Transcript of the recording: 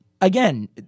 Again